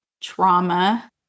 trauma